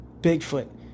Bigfoot